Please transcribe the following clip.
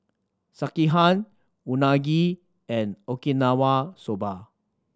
Sekihan Unagi and Okinawa Soba